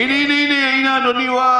אדוני, אל תדאג.